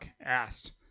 asked